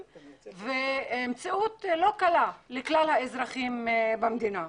ומציאות לא קלה לכלל האזרחים במדינה.